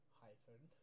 hyphen